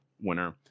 winner